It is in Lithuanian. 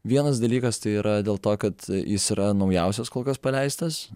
vienas dalykas tai yra dėl to kad jis yra naujausias kol kas paleistas